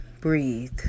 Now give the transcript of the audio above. breathe